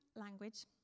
language